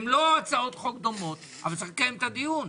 אלה לא הצעות חוק דומות אבל צריך לקיים את הדיון.